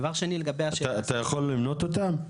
דבר שני לגבי ה אתה יכול למנות אותם?